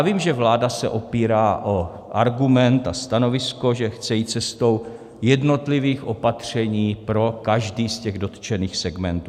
Vím, že vláda se opírá o argument a stanovisko, že chce jít cestou jednotlivých opatření pro každý z těch dotčených segmentů.